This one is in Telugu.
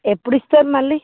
ఎప్పుడిస్తారు మళ్ళీ